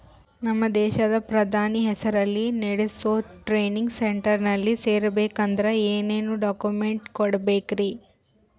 ನಮ್ಮ ದೇಶದ ಪ್ರಧಾನಿ ಹೆಸರಲ್ಲಿ ನೆಡಸೋ ಟ್ರೈನಿಂಗ್ ಸೆಂಟರ್ನಲ್ಲಿ ಸೇರ್ಬೇಕಂದ್ರ ಏನೇನ್ ಡಾಕ್ಯುಮೆಂಟ್ ಕೊಡಬೇಕ್ರಿ?